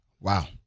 wow